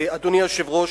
אדוני היושב-ראש,